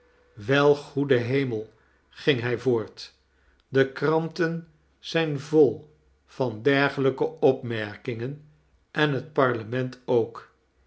wel goede hemel ging hij voort de kranten zijn vol van dergelijke opmerkingen en het parlement ook